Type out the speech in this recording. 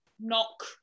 knock